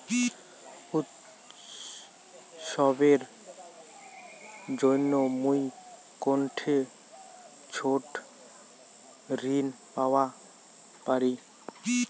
উৎসবের জন্য মুই কোনঠে ছোট ঋণ পাওয়া পারি?